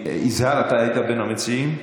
יזהר, אתה היית בין המציעים?